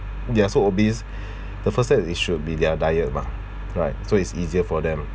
ya so obese the first step it should be their diet mah right so it's easier for them